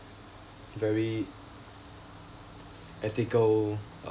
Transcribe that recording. very ethical uh